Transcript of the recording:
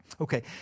Okay